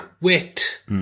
wit